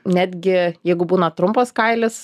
netgi jeigu būna trumpas kailis